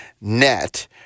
net